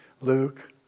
Luke